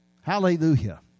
Hallelujah